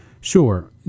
Sure